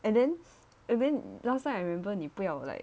and then and then last time I remember 你不要 like